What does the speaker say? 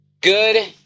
good